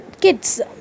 kids